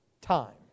time